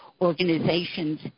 organizations